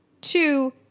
Two